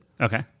Okay